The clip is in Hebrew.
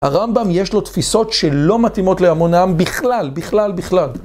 הרמב״ם יש לו תפיסות שלא מתאימות להמון העם בכלל, בכלל, בכלל.